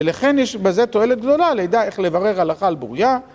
ולכן יש בזה תועלת גדולה, ללידע איך לברר הלכה לבוריה.